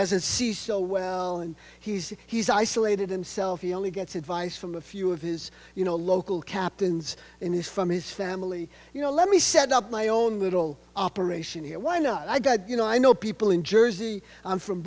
doesn't see so well and he's he's isolated himself he only gets advice from a few of his you know local captains and he's from his family you know let me set up my own little operation here why not i got you know i know people in jersey i'm from